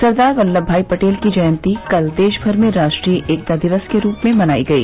सरदार वल्लभभाई पटेल की जयंती कल देशभर में राष्ट्रीय एकता दिवस के रूप में मनाई गई